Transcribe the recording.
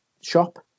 shop